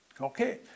Okay